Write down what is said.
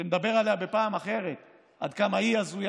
שנדבר עליה בפעם אחרת עד כמה היא הזויה